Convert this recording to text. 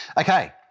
okay